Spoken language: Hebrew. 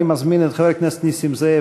אני מזמין את חבר הכנסת נסים זאב.